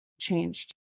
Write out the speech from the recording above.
changed